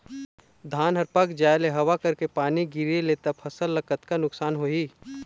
धान हर पाक जाय ले हवा करके पानी गिरे ले त फसल ला कतका नुकसान होही?